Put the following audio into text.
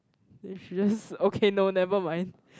then she just okay no never mind